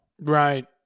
Right